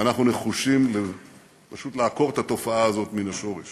ואנחנו נחושים פשוט לעקור את התופעה הזאת מן השורש